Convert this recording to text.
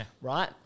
right